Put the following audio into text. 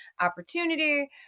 opportunity